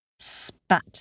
spat